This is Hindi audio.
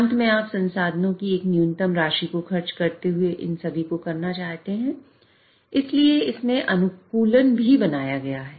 अंत में आप संसाधनों की एक न्यूनतम राशि को खर्च करते हुए इन सभी को करना चाहते हैं इसलिए इसमें अनुकूलन भी बनाया गया है